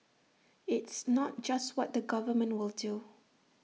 it's not just what the government will do